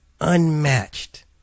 Unmatched